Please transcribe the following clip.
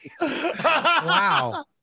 Wow